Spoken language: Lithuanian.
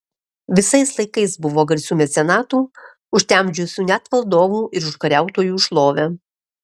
visais laikais buvo garsių mecenatų užtemdžiusių net valdovų ir užkariautojų šlovę